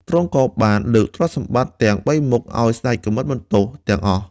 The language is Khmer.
ទ្រង់ក៏បានលើកទ្រព្យសម្បត្តិទាំងបីមុខឱ្យស្ដេចកាំបិតបន្ទោះទាំងអស់។